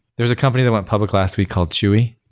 there is a company that went public last week called chewy.